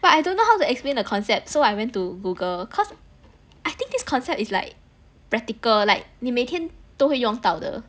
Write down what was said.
but I don't know how to explain the concept so I went to google cause I think this concept is like practical like 你每天都会用到的